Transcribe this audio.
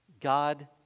God